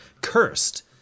cursed